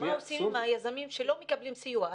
מה עושים עם היזמים שלא מקבלים סיוע?